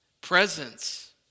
presence